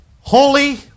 holy